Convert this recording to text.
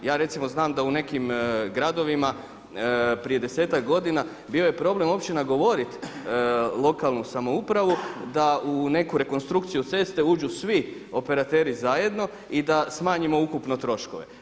Ja recimo znam da u nekim gradovima prije desetak godina bio je problem opće nagovorit lokalnu samoupravu da u neku rekonstrukciju ceste uđu svi operateri zajedno i da smanjimo ukupno troškove.